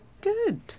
Good